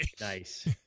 Nice